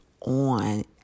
on